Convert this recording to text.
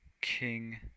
King